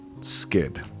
Skid